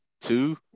Two